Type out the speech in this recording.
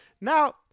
Now